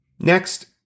Next